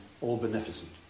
all-beneficent